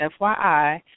FYI